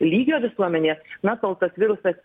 lygio visuomenėje na kol tas virusas